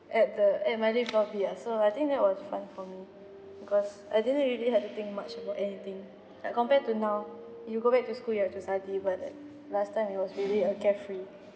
at the M_R_T cor~ ah so I think that was fun for me because I didn't really had to think much about anything like compared to now you go back to school you have to study but err last time it was really err carefree